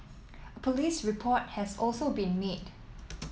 police report has also been made